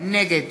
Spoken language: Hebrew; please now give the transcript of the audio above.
נגד